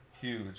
huge